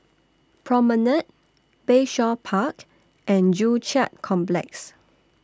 Promenade Bayshore Park and Joo Chiat Complex